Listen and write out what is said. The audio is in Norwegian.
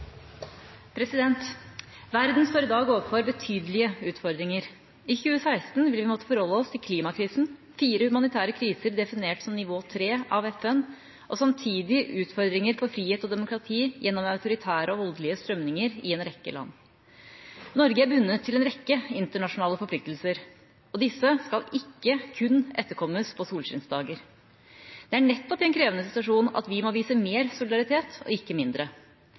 Verden står i dag overfor betydelige utfordringer. I 2016 vil vi måtte forholde oss til klimakrisen, fire humanitære kriser definert som «nivå 3» av FN, og samtidig utfordringer for frihet og demokrati gjennom autoritære og voldelige strømninger i en rekke land. Norge er bundet til en rekke internasjonale forpliktelser, og disse skal ikke kun etterkommes på solskinnsdager. Det er nettopp en krevende situasjon at vi må vise mer solidaritet og ikke mindre.